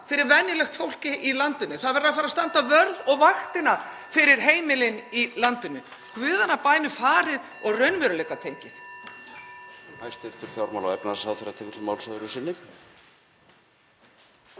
fyrir venjulegt fólk í landinu. Það verður að fara að standa vörð og vaktina fyrir heimilin í landinu. (Forseti hringir.) Í guðanna bænum farið og raunveruleikatengið.